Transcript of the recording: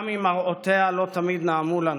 גם אם מראותיה לא תמיד נעמו לנו.